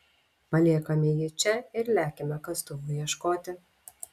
paliekame jį čia ir lekiame kastuvų ieškoti